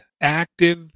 active